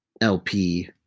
LP